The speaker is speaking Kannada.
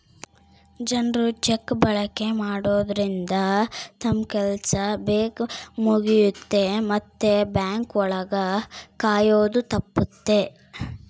ಜನ್ರು ಚೆಕ್ ಬಳಕೆ ಮಾಡೋದ್ರಿಂದ ತಮ್ ಕೆಲ್ಸ ಬೇಗ್ ಮುಗಿಯುತ್ತೆ ಮತ್ತೆ ಬ್ಯಾಂಕ್ ಒಳಗ ಕಾಯೋದು ತಪ್ಪುತ್ತೆ